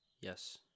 Yes